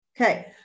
Okay